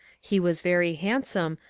he was very handsome,